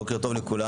בוקר טוב לכולם.